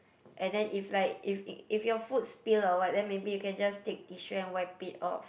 and then if like if if your food spill or what then maybe you can just take tissue and wipe it off